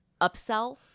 upsell